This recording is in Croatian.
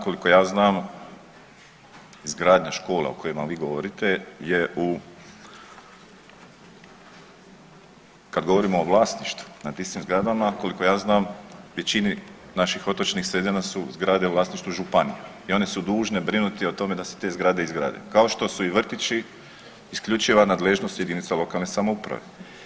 Koliko ja znam, izgradnja škola o kojima vi govorite je u kad govorimo o vlasništvu nad tim svim zgradama, koliko ja znam, većini naših otočnih sredina i zgrada su u vlasništvu županija i one su dužne brinuti o tome da se te zgrade izgrade, kao što su i vrtići isključiva nadležnost jedinica lokalne samouprave.